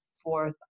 fourth